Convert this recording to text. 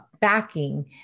backing